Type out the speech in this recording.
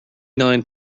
nine